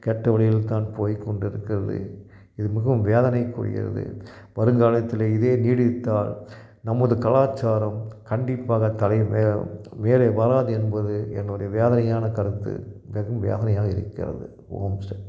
கெட்ட வழியில் தான் போய் கொண்டு இருக்கிறது இது மிகவும் வேதனை கொடுக்கிறது வருங்காலத்தில் இதையே நீடித்தால் நமது கலாச்சாரம் கண்டிப்பாக தலை மே மேலே வராது என்பது என்னோடைய வேதனையான கருத்து மிகவும் வேதனையாக இருக்கிறது ஓம் சக்தி